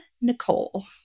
Nicole